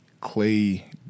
clay